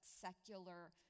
secular